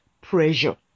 pressure